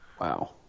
Wow